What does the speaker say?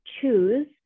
choose